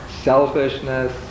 selfishness